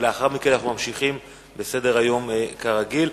ולאחר מכן אנחנו ממשיכים בסדר-היום כרגיל.